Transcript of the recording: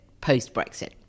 post-Brexit